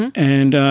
and,